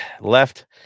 Left